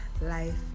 life